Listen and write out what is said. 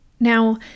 Now